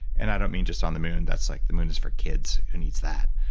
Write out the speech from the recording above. and i don't mean just on the moon. that's like, the moon is for kids. who needs that?